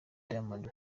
diamond